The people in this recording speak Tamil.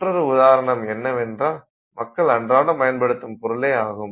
மற்றொரு உதாரணம் என்னவென்றால் மக்கள் அன்றாடம் பயன்படுத்தும் பொருளே ஆகும்